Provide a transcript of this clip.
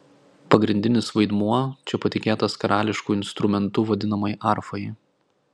pagrindinis vaidmuo čia patikėtas karališku instrumentu vadinamai arfai